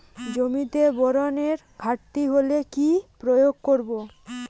জমিতে বোরনের ঘাটতি হলে কি প্রয়োগ করব?